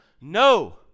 No